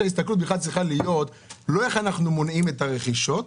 ההסתכלות צריכה להיות לא איך אנחנו מונעים את הרכישות,